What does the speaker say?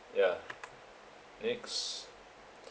yeah next